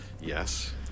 Yes